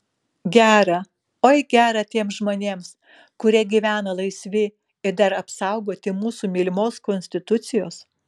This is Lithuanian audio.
gera oi gera tiems žmonėms kurie gyvena laisvi ir dar apsaugoti mūsų mylimos konstitucijos